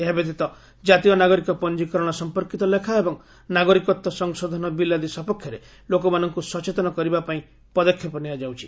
ଏହା ବ୍ୟତୀତ ଜାତୀୟ ନାଗରିକ ପଞ୍ଜୀକରଣ ସଂପର୍କୀତ ଲେଖା ଏବଂ ନାଗରିକତ୍ୱ ସଂଶୋଧନ ବିଲ୍ ଆଦି ସପକ୍ଷରେ ଲୋକମାନଙ୍କୁ ସଚେତନ କରିବା ପାଇଁ ପଦକ୍ଷେପ ନିଆଯାଉଛି